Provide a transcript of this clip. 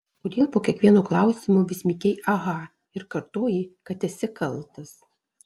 kodėl po kiekvieno klausimo vis mykei aha ir kartojai kad esi kaltas